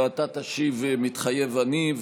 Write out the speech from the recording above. ואתה תשיב: "מתחייב אני".